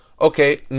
Okay